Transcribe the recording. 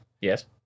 Yes